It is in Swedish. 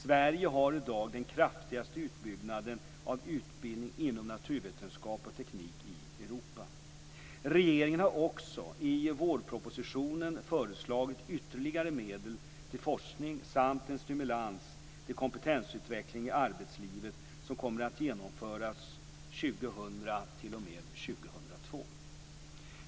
Sverige har i dag den kraftigaste utbyggnaden av utbildning inom naturvetenskap och teknik i Europa. Regeringen har också i vårpropositionen föreslagit ytterligare medel till forskning samt en stimulans till kompetensutveckling i arbetslivet som kommer att genomföras 2000-2002.